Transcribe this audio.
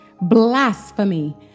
Blasphemy